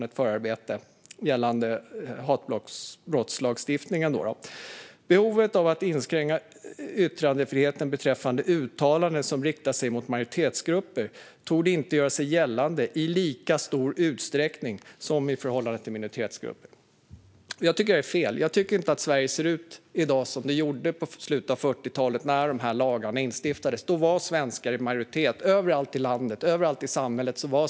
I ett förarbete till hatbrottslagstiftningen står det: "Behovet av att inskränka yttrandefriheten beträffande uttalanden som riktar sig mot majoritetsgrupper torde inte göra sig gällande i lika stor utsträckning som i förhållande till minoritetsgrupper." Jag tycker att detta är fel. Dagens Sverige ser inte ut som det gjorde i slutet av 40-talet när dessa lagar instiftades. Då var svenskar i majoritet överallt i landet och i samhället.